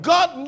God